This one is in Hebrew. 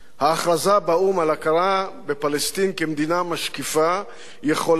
ההכרזה באו"ם על הכרה בפלסטין כמדינה משקיפה יכולה